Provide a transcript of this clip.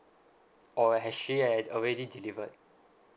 or has she had already delivered